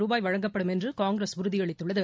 ருபாய் வழங்கப்படும் என்று காங்கிரஸ் உறுதியளித்துள்ளது